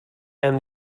and